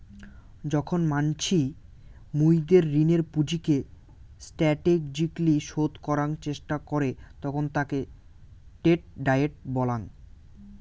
যখন মানসি মুইদের ঋণের পুঁজিকে স্টাটেজিক্যলী শোধ করাং চেষ্টা করে তখন তাকে ডেট ডায়েট বলাঙ্গ